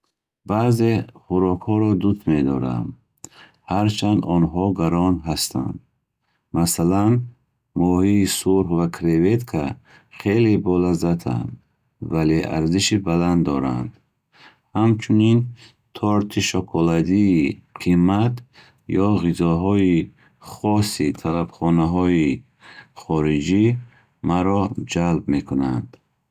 Баъзе хӯрокҳоро дӯст медорам, ҳарчанд онҳо гарон ҳастанд. Масалан, моҳии сурх ва креветка хеле болаззатанд, вале арзиши баланд доранд. Ҳамчунин торти шоколадии қиммат ё ғизоҳои хоси тарабхонаҳои хориҷӣ маро ҷалб мекунанд.